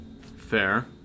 Fair